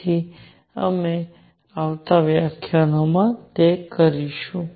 તેથી અમે આવતા વ્યાખ્યાનોમાં તે કરીશું